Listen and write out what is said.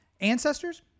ancestors